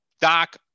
Doc